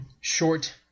short